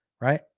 right